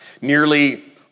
Nearly